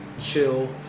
Chill